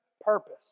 purpose